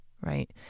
right